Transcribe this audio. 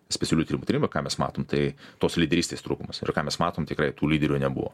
specialių tyrimų tarnyba ką mes matom tai tos lyderystės trūkumas ir ką mes matom tikrai tų lyderių nebuvo